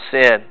sin